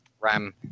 Ram